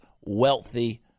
wealthy